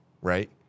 right